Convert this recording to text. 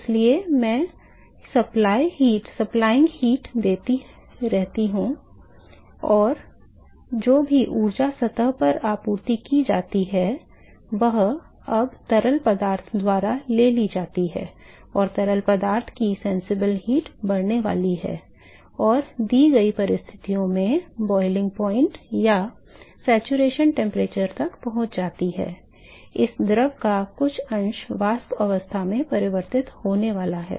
इसलिए मैं आपूर्ति ऊष्मा देता रहता हूं और जो भी ऊर्जा सतह पर आपूर्ति की जाती है वह अब तरल पदार्थ द्वारा ले ली जाती है और तरल पदार्थ की प्रत्यक्ष ऊष्मा बढ़ने वाली है और दी गई परिस्थितियों में यह क्वथनांक या संतृप्ति तापमान तक पहुंच जाती है इस द्रव का कुछ अंश वाष्प अवस्था में परिवर्तित होने वाला है